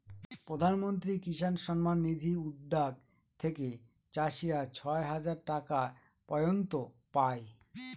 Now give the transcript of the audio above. প্রধান মন্ত্রী কিষান সম্মান নিধি উদ্যাগ থেকে চাষীরা ছয় হাজার টাকা পর্য়ন্ত পাই